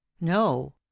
no